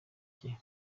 cye